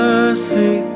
Mercy